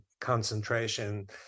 concentration